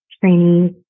trainees